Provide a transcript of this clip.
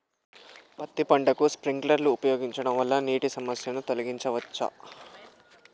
పత్తి పంటకు స్ప్రింక్లర్లు ఉపయోగించడం వల్ల నీటి సమస్యను తొలగించవచ్చా?